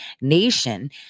nation